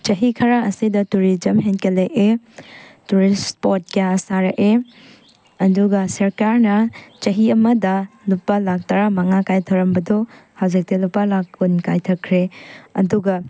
ꯆꯍꯤ ꯈꯔ ꯑꯁꯤꯗ ꯇꯨꯔꯤꯖꯝ ꯍꯦꯟꯒꯠꯂꯛꯑꯦ ꯇꯨꯔꯤꯁ ꯁ꯭ꯄꯣꯠ ꯀꯌꯥ ꯁꯥꯔꯛꯑꯦ ꯑꯗꯨꯒ ꯁꯔꯀꯥꯔꯅ ꯆꯍꯤ ꯑꯃꯗ ꯂꯨꯄꯥ ꯂꯥꯛ ꯇꯔꯥꯃꯉꯥ ꯀꯥꯏꯊꯔꯝꯕꯗꯨ ꯍꯧꯖꯤꯛꯇꯤ ꯂꯨꯄꯥ ꯂꯥꯛ ꯀꯨꯟ ꯀꯥꯏꯊꯈ꯭ꯔꯦ ꯑꯗꯨꯒ